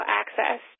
access